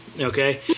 Okay